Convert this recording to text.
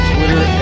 Twitter